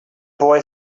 boy